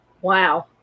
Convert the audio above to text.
Wow